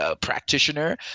practitioner